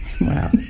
wow